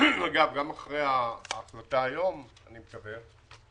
אגב, גם אחרי ההחלטה היום, אני מקווה,